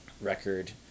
record